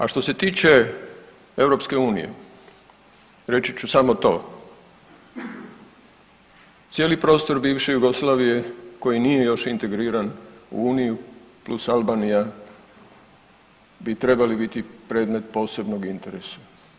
A što se tiče EU, reći ću samo to, cijeli prostor bivše Jugoslavije koji nije još integriran u Uniju plus Albanija bi trebali biti predmet posebnog interesa.